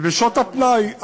ובשעות הפנאי הלא-עמוסות,